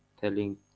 telling